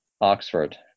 Oxford